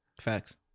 Facts